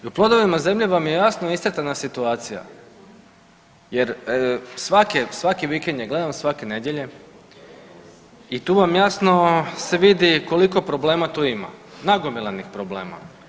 I u Plodovima zemlje vam je jasno iscrtana situacija jer svake, svaki vikend je gledam, svake nedjelje i tu vam jasno se vidi koliko problema tu ima, nagomilanih problema.